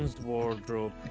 wardrobe